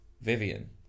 Vivian